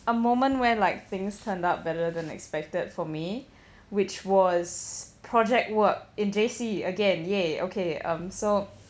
a moment where like things turned out better than expected for me which was project work in J_C again !yay! okay um so